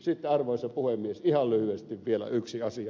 sitten arvoisa puhemies ihan lyhyesti vielä yksi asia